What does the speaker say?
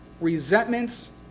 Resentments